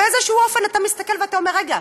באיזשהו אופן אתה מסתכל ואתה אומר: רגע,